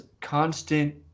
constant